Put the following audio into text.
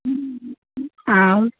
आउ